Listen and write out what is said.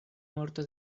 morto